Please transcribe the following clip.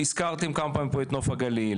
הזכרתם כמה פעמים פה את נוף הגליל,